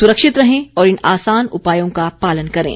सुरक्षित रहें और इन आसान उपायों का पालन करें